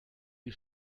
die